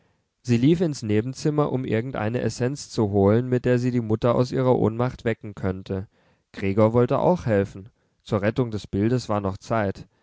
sie lief ins nebenzimmer um irgendeine essenz zu holen mit der sie die mutter aus ihrer ohnmacht wecken könnte gregor wollte auch helfen zur rettung des bildes war noch zeit